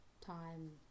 time